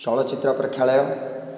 ଚଳଚିତ୍ର ପ୍ରେକ୍ଷାଳୟ